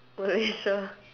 Malaysia